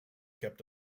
kept